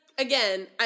Again